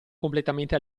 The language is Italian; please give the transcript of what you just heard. completamente